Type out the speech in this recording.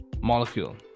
molecule